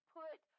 put